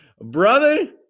Brother